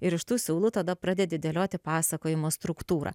ir iš tų siūlų tada pradedi dėlioti pasakojimo struktūrą